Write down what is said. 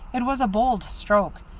it was a bold stroke,